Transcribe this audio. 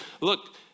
look